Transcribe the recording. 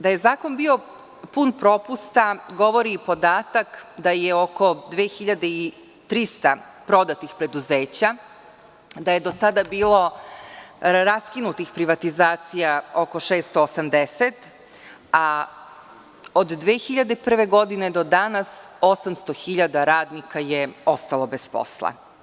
Da je zakon bio pun propusta govori i podatak da je oko 2300 prodatih preduzeća, da je do sada bilo raskinutih privatizacija oko 680, a od 2001. godine do danas 800 hiljada radnika je ostalo bez posla.